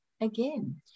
again